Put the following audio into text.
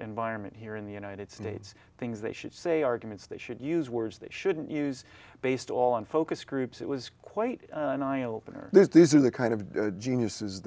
environment here in the united states things they should say arguments they should use words they shouldn't use based all on focus groups it was quite an eye opener this these are the kind of geniuses